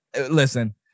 listen